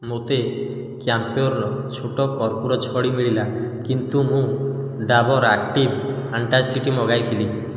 ମୋତେ କ୍ୟାମ୍ପ୍ୟୋର୍ର ଛୋଟ କର୍ପୂର ଛଡ଼ି ମିଳିଲା କିନ୍ତୁ ମୁଁ ଡାବର୍ ଆକ୍ଟିଭ୍ ଆଣ୍ଟାସିଡ଼୍ ମଗାଇଥିଲି